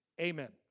Amen